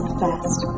fast